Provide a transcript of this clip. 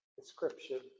description